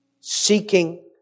Seeking